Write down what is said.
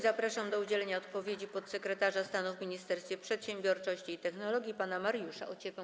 Zapraszam do udzielenia odpowiedzi podsekretarza stanu w Ministerstwie Przedsiębiorczości i Technologii pana Mariusza Ociepę.